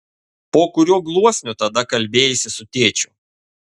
po kuriuo gluosniu tada kalbėjaisi su tėčiu